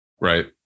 Right